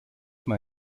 mal